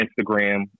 Instagram